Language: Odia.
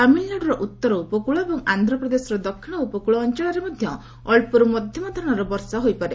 ତାମିଲନାଡୁର ଉତ୍ତର ଉପକୂଳ ଏବଂ ଆନ୍ଧ୍ରପ୍ରଦେଶର ଦକ୍ଷିଣ ଉପକୂଳ ଅଞ୍ଚଳରେ ମଧ୍ୟ ଅଞ୍ଚରୁ ମଧ୍ୟମ ଧରଣର ବର୍ଷା ହୋଇପାରେ